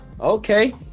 Okay